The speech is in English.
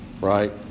right